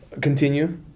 continue